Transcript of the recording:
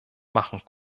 machen